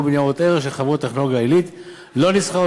בניירות ערך של חברות טכנולוגיה עילית לא נסחרות,